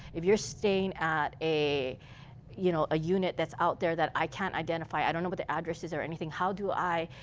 if you're staying at you know unit that's out there that i can't identify, i don't know what the address is or anything, how do i,